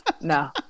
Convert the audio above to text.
no